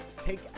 take